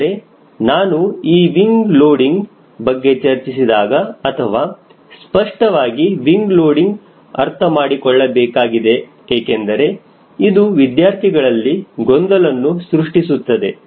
ಆದರೆ ನಾನು ಈಗ ವಿಂಗ ಲೋಡಿಂಗ್ ಬಗ್ಗೆ ಚರ್ಚಿಸಿದಾಗ ಅಥವಾ ಸ್ಪಷ್ಟವಾಗಿ ವಿಂಗ ಲೋಡಿಂಗ್ ಅರ್ಥಮಾಡಿಕೊಳ್ಳಬೇಕಾಗಿದೆ ಏಕೆಂದರೆ ಇದು ವಿದ್ಯಾರ್ಥಿಗಳಲ್ಲಿ ಗೊಂದಲನನ್ನು ಸೃಷ್ಟಿಸುತ್ತದೆ